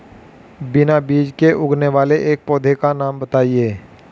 बिना बीज के उगने वाले एक पौधे का नाम बताइए